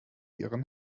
ihren